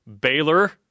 Baylor